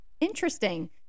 interesting